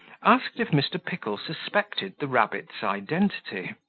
asked if mr. pickle suspected the rabbit's identity.